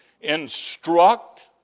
instruct